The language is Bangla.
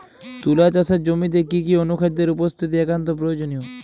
তুলা চাষের জমিতে কি কি অনুখাদ্যের উপস্থিতি একান্ত প্রয়োজনীয়?